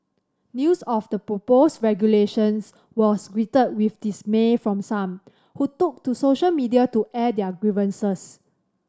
news of the proposed regulations was greeted with dismay from some who took to social media to air their grievances